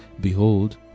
Behold